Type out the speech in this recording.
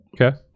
Okay